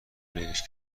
لهش